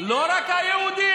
זו מדינה יהודית,